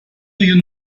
you